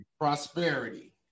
prosperity